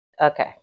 Okay